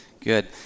Good